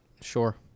sure